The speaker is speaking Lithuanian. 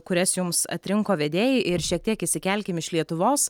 kurias jums atrinko vedėjai ir šiek tiek išsikelkim iš lietuvos